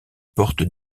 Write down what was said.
porte